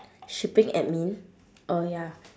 shipping admin oh ya